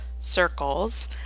circles